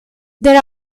there